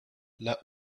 let